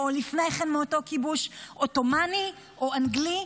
או לפני כן מאותו כיבוש עות'מאני או אנגלי,